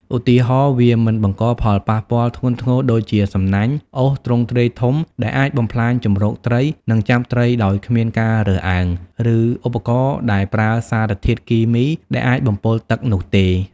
ឧទាហរណ៍ វាមិនបង្កផលប៉ះពាល់ធ្ងន់ធ្ងរដូចជាសំណាញ់អូសទ្រង់ទ្រាយធំដែលអាចបំផ្លាញជម្រកត្រី និងចាប់ត្រីដោយគ្មានការរើសអើង ឬឧបករណ៍ដែលប្រើសារធាតុគីមីដែលអាចបំពុលទឹកនោះទេ។